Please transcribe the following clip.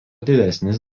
didesnis